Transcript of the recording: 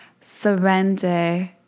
surrender